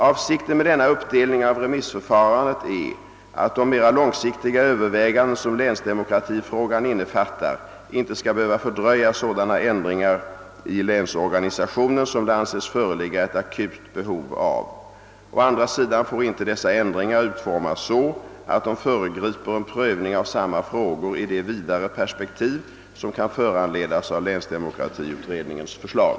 Avsikten med denna uppdelning av remissförfarandet är att de mera långsiktiga överväganden som länsdemokratifrågan innefattar inte skall behöva fördröja sådana ändringar i länsorganisationen som det anses föreligga ett akut behov av. Å andra sidan får inte dessa ändringar utformas så, att de föregriper en prövning av samma frågor i det vidare perspektiv, som kan föranledas av länsdemokratiutredningens förslag.